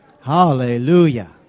Hallelujah